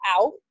out